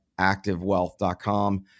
activewealth.com